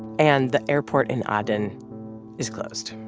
and the airport in aden is closed.